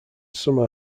some